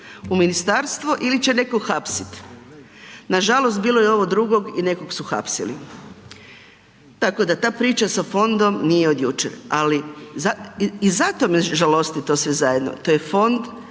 u ministarstvo ili će nekog hapsit. Nažalost bilo je ovo drugo i nekog su hapsili. Tako da ta priča sa fondom nije od jučer ali, i zato me žalosti to sve zajedno. To je Fond